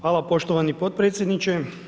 Hvala poštovani potpredsjedniče.